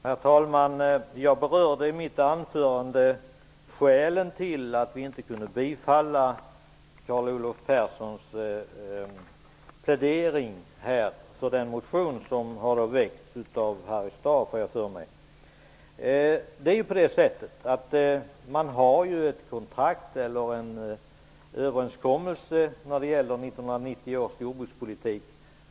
Herr talman! Jag berörde i mitt anförande skälen till att vi inte kunde tillstyrka Carl Olov Perssons plädering för den motion som jag har för mig har väckts av Harry Staaf. Staten och odlarna har träffat en överenskommelse som gäller 1990 års jordbrukspolitik.